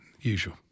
usual